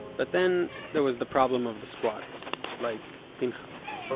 but then there was the problem of the squatters, like pinchas